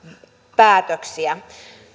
päätöksiä